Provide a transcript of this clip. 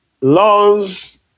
Laws